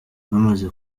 bamaze